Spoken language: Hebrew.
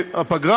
הפגרה,